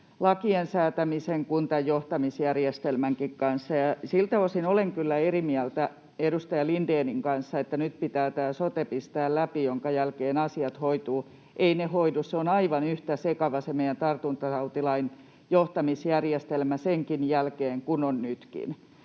lakien säätämisen kuin tämän johtamisjärjestelmänkin kanssa. Ja siltä osin olen kyllä eri mieltä edustaja Lindénin kanssa siitä, että nyt pitää tämä sote pistää läpi, minkä jälkeen asiat hoituvat. Eivät ne hoidu. Se meidän tartuntatautilain johtamisjärjestelmä on aivan yhtä sekava sen jälkeen kuin on nytkin.